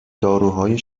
داروهای